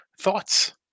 thoughts